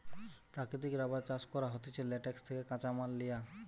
প্রাকৃতিক রাবার চাষ করা হতিছে ল্যাটেক্স থেকে কাঁচামাল লিয়া